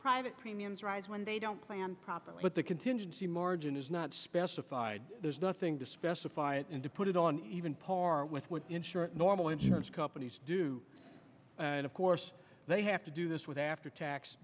private premiums rise when they don't plan properly but the contingency margin is not specified there's nothing to specify it and to put it on even par with would insure normal insurance companies do and of course they have to do this with after tax